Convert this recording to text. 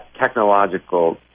technological